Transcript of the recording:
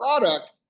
product